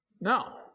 No